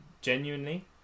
genuinely